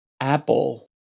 Apple